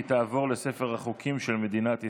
והיא תיכנס לספר החוקים של מדינת ישראל.